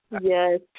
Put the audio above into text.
Yes